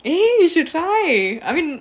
eh you should try I mean